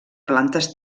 plantes